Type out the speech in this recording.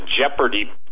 Jeopardy